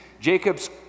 Jacob's